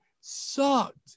sucked